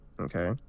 okay